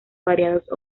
variados